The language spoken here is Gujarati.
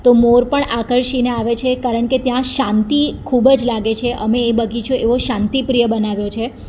તો મોર પણ આકર્ષીને આવે છે કારણ કે ત્યાં શાંતિ ખૂબ જ લાગે છે અમે એ બગીચો એવો શાંતિ પ્રિય બનાવ્યો છે